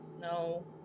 No